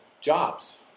jobs